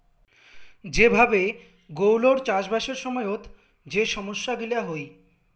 যে ভাবে গৌলৌর চাষবাসের সময়ত যে সমস্যা গিলা হই